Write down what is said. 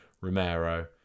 Romero